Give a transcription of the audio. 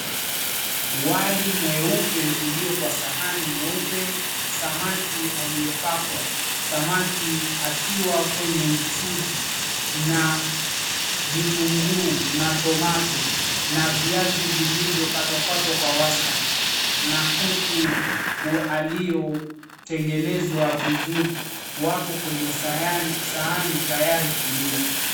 Wali mweupe uliyo kwa sahani nyeupe, samaki aliyepakwa, samaki akiwa kwenye mchuzi na vitunguu na tomato na viazi vilivyokatwakatwa kwa wastani na kuku aliyotengenezwa vizuri wapo kwenye sahani tayari kuliwa.